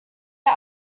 der